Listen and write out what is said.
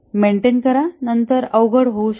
देखभाल करा नंतर अवघड होऊ शकते